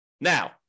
Now